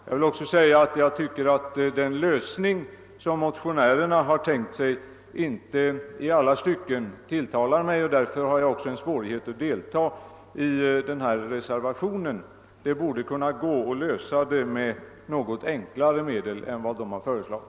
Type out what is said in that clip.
Jag vill också säga att jag inte tycker att den lösning som motionärerna tänkt sig i alla stycken verkar tilltalande, och därför har jag också svårt att biträda reservationen. Det borde vara möjligt att lösa denna fråga med något enklare medel än vad reservanterna har föreslagit.